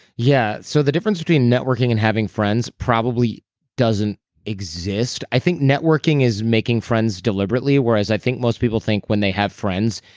yeah so the difference between networking and having friends, probably doesn't exist. i think networking is making friends deliberately. whereas i think most people think when they have friends,